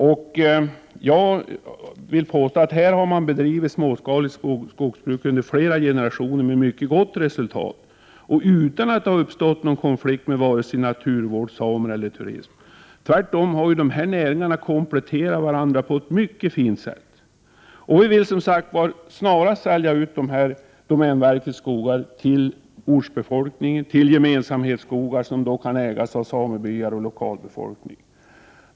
Jag vill påstå att man här med mycket gott resultat har bedrivit småskaligt skogsbruk under flera generationer, utan att det har uppstått någon konflikt med vare sig naturvård, samer eller turism. Tvärtom har näringarna kompletterat varandra på ett mycket fint sätt. Vi vill som sagt att domänverkets skogar snarast säljs ut till ortsbefolkningen, till gemensamhetsskogar som då kan ägas av samebyar och lokalbefolkning.